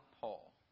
Paul